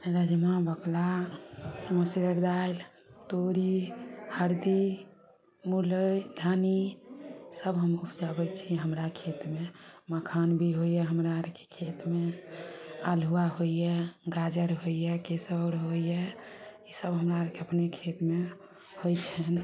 रजमा बकला मसुरीक दालि तोरी हरदी मुरइ धनी सभ हम उपजाबय छी हमरा खेतमे मखान भी होइए हमरा आरके खेतमे अल्हुआ होइए गाजर होइए केसौर होइए ई सभ हमरा आरके अपने खेतमे होइ छनि